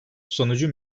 sonucu